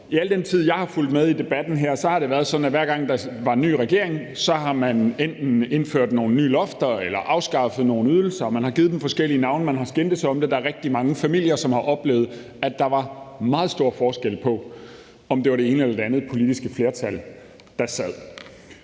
I al den tid, jeg har fulgt med i debatten her, har det været sådan, at hver gang der er kommet en ny regering, har man enten indført nogle nye lofter eller afskaffet nogle ydelser, og man har givet dem forskellige navne og skændtes om dem, og der er rigtig mange familier, som har oplevet, at der var meget stor forskel på, om det var det ene eller det andet politiske flertal, der sad.